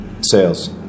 Sales